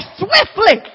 swiftly